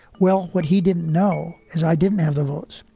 well, what he didn't know is i didn't have the votes,